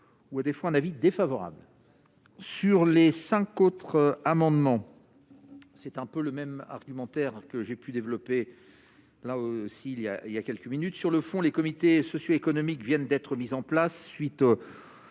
ou à défaut un avis défavorable sur les 5 autres amendements, c'est un peu le même argumentaire que j'ai pu développer la s'il y a, il y a quelques minutes sur le fond, les comités sociaux économiques viennent d'être mises en place suite à